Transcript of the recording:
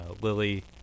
Lily